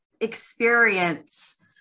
experience